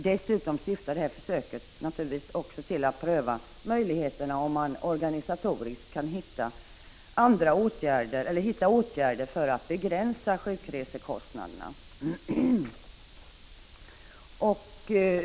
Dessutom syftar detta försök naturligtvis också till att pröva möjligheterna att vidta åtgärder för att begränsa sjukresekostnaderna.